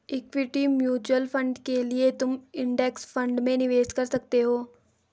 equity mutual fund के लिए तुम इंडेक्स फंड में निवेश कर सकते हो